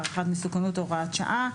והערכת מסוכנות הוראת שעה),